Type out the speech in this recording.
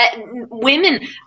Women